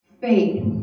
faith